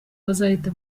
bazahita